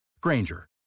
Granger